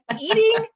eating